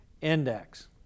index